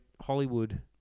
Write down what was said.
Hollywood